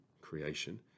creation